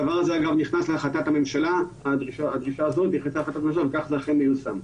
הדבר הזה נכנס גם להחלטת הממשלה וכך אכן זה מיושם.